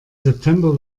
september